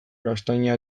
gaztaina